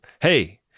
hey